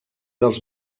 dels